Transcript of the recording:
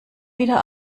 wieder